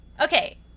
Okay